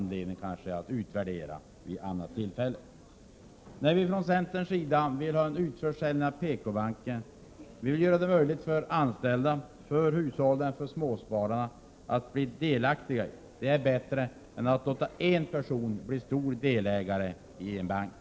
1987/88:138 att utvärdera vid annat tillfälle. 10 juni 1988 ej, vi från centerns sida vill ha en utförsäljning av PKbanken. Vi vill göra PKbankensförvärvav det möjligt för de anställda, för hushållen och för småspararna att bli v é Fyr så é Carnegie Fondkomdelaktiga. Det är bättre än att låta en person bli stor delägare i en bank.